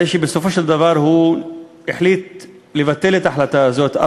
הרי בסופו של דבר הוא החליט לבטל את ההחלטה הזאת,